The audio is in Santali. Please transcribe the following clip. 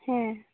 ᱦᱮᱸ